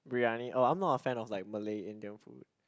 briyani oh I'm not a fan of like Malay Indian food